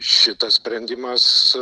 šitas sprendimas